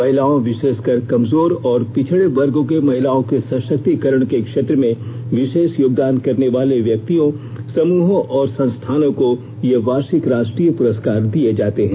महिलाओं विशेषकर कमजोर और पिछड़े वर्गों की महिलाओं के सशक्तिकरण के क्षेत्र में विशेष योगदान करने वाले व्यक्तियों समूहों और संस्थानों को ये वार्षिक राष्ट्रीय पुरस्कार दिये जाते है